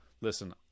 listen